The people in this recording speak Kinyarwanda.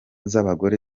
z’abagore